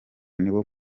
niwo